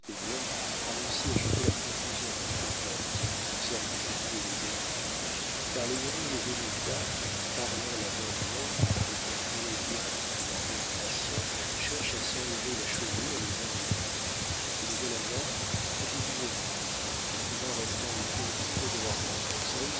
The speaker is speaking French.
a réussi à jeter la confusion dans les peuplades en ce qui concerne les amis et les ennemis car les hurons et les onéidas parlant la même langue et qu'on pourrait dire être la même nation cherchent à s'enlever la chevelure les uns aux autres et les delawares sont divisés entre eux quelques-uns restant autour du feu de leur grand conseil